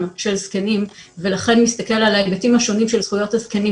של זקנים ולכן מסתכל על ההיבטים השונים של זכויות הזקנים